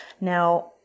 Now